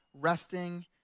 resting